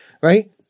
right